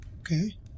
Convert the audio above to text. okay